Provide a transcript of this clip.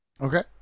Okay